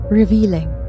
revealing